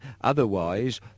otherwise